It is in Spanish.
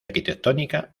arquitectónica